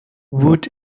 wood